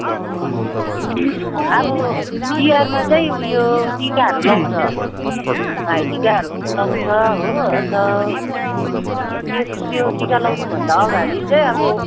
अब तिहारमा चाहिँ उयो टिकाहरू लाउँछ भाइटिकाहरू लाउँछ हो अन्त त्यस त्यो टिका लगाउन भन्दा अगाडि चाहिँ अब